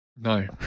No